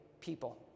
people